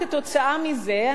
כתוצאה מזה,